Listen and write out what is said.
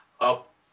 up